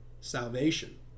salvation